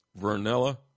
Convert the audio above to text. Vernella